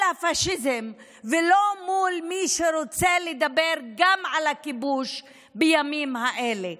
הפשיזם ולא מול מי שרוצה לדבר גם על הכיבוש בימים האלה.